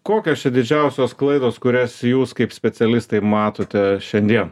kokios čia didžiausios klaidos kurias jūs kaip specialistai matote šiandien